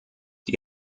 die